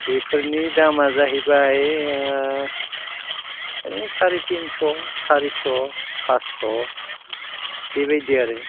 बेफोरनि दामआ जाहैबाय ओइ साराइ तिनस' सारिस' पास्स' बेबायदि आरो